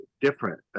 different